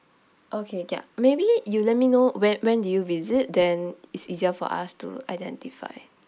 okay ya maybe you let me know when when did you visit then it's easier for us to identify